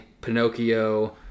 Pinocchio